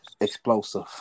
explosive